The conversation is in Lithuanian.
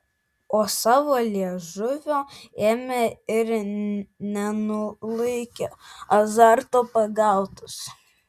o savo liežuvio ėmė ir nenulaikė azarto pagautas